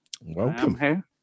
Welcome